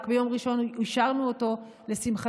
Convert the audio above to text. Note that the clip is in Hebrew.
רק ביום ראשון אישרנו אותו בממשלה,